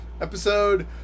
Episode